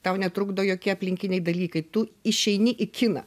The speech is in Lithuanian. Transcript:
tau netrukdo jokie aplinkiniai dalykai tu išeini į kiną